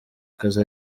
kazi